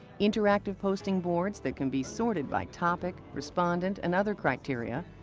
interactive posting boards that can be sorted by topic, respondent, and other criteria,